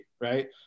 right